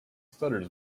stutters